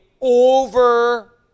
over